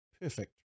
perfect